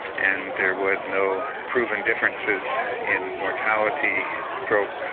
and there was no proven differences in mortality, stroke,